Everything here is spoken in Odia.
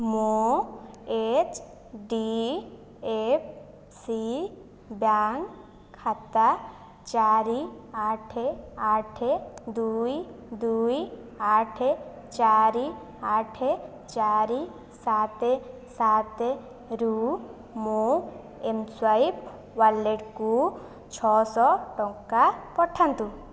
ମୋ H D F C bank ଖାତା ଚାରି ଆଠ ଆଠ ଦୁଇ ଦୁଇ ଆଠ ଚାରି ଆଠ ଚାରି ସାତ ସାତରୁ ମୋ ଏମ୍ ସ୍ୱାଇପ୍ ୱାଲେଟ୍କୁ ଛଅଶହ ଟଙ୍କା ପଠାନ୍ତୁ